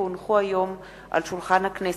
כי הונחו היום על שולחן הכנסת,